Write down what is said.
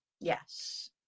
Yes